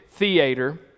theater